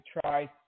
try